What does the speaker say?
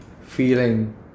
feeling